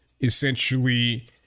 essentially